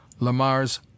Lamars